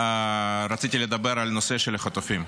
רציתי לדבר על הנושא של החטופים.